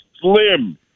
Slim